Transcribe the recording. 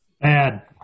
Bad